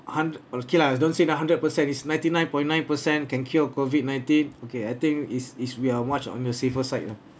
hund~ okay lah don't say the hundred percent is ninety nine point nine percent can cure COVID nineteen okay I think is is we are much on the safer side lah